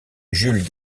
jules